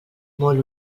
molt